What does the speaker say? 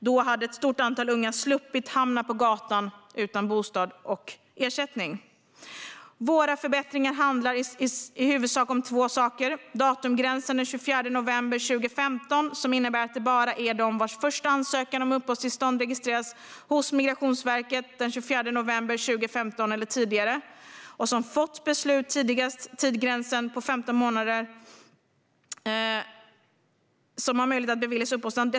Då hade ett stort antal unga sluppit hamna på gatan utan bostad och ersättning. Våra förbättringar handlar i huvudsak om två saker. Datumgränsen är den 24 november 2015. Det innebär att det bara är de vars första ansökan om uppehållstillstånd registrerats hos Migrationsverket den 24 november 2015 eller tidigare och som fått beslut tidigast vid tidsgränsen på 15 månader som har möjlighet att beviljas uppehållstillstånd.